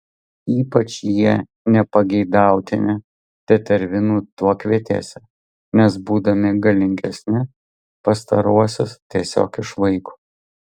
ypač jie nepageidautini tetervinų tuokvietėse nes būdami galingesni pastaruosius tiesiog išvaiko